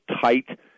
tight